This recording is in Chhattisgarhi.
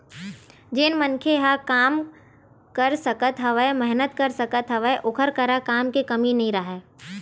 जेन मनखे ह काम कर सकत हवय, मेहनत कर सकत हवय ओखर करा काम के कमी नइ राहय